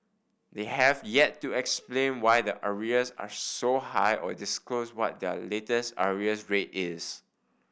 they have yet to explain why their arrears are so high or disclose what their latest arrears rate is